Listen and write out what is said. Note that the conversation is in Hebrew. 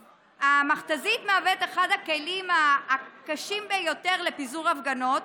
המכת"זית מהווה את אחד הכלים הקשים ביותר לפיזור הפגנות,